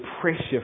pressure